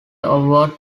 award